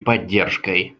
поддержкой